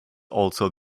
also